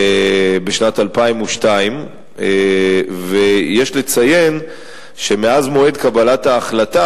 בשנת 2002. יש לציין שמאז מועד קבלת ההחלטה